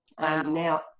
Now